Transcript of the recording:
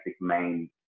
main